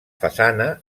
façana